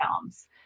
films